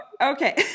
okay